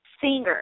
singer